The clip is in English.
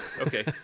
okay